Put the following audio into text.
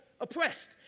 oppressed